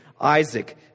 Isaac